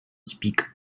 speak